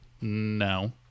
No